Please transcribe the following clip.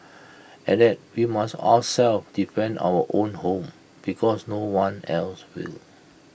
and that we must ourselves defend our own home because no one else will